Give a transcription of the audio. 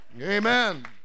Amen